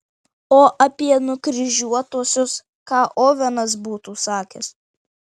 o apie nukryžiuotuosius ką ovenas būtų sakęs